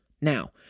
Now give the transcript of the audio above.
Now